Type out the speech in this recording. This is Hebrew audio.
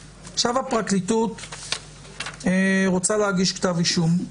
הפרקליטות החליטה להגיש כתב אישום,